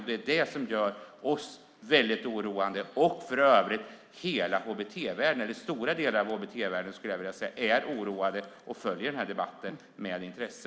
Det är det som gör oss väldigt oroliga. Stora delar av HBT-världen är oroad och följer den här debatten med intresse.